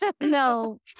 No